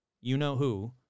you-know-who